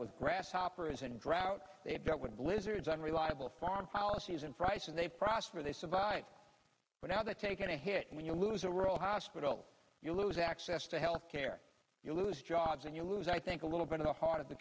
with grasshoppers in drought they've dealt with blizzards unreliable foreign policies and fries and they prosper they survive but now they've taken a hit and when you lose a rural hospital you lose x yes to health care you lose jobs and you lose i think a little bit of the heart of the